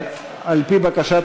על-פי בקשת